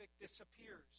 disappears